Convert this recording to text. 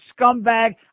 scumbag